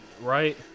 Right